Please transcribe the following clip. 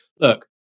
look